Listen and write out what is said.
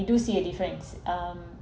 do see a difference um